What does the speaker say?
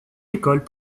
écoles